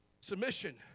Submission